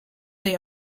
they